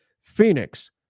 Phoenix